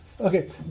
Okay